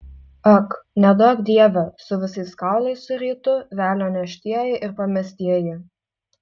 ak neduok dieve su visais kaulais surytų velnio neštieji ir pamestieji